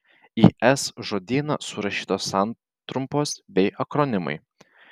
į s žodyną surašytos santrumpos bei akronimai